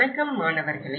வணக்கம் மாணவர்களே